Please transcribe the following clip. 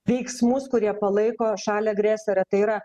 veiksmus kurie palaiko šalį agresorę tai yra